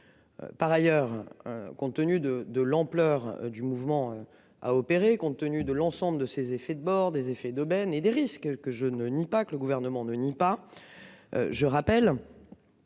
Par ailleurs, compte tenu de, de l'ampleur du mouvement a opéré, compte tenu de l'ensemble de ses effets de bord des effets d'aubaine et des risques que je ne nie pas que le gouvernement ne nie pas. Je rappelle.